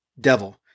Devil